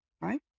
Right